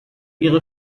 ihre